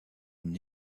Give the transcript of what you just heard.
une